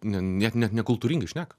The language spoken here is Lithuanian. ne net nekultūringai šneka